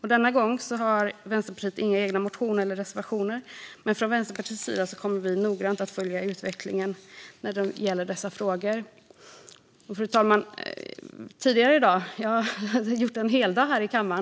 detta. Denna gång har Vänsterpartiet inga egna motioner eller reservationer, men från Vänsterpartiets sida kommer vi noggrant att följa utvecklingen när det gäller dessa frågor. Fru talman! Jag gör en heldag här i kammaren.